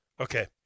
Okay